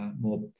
more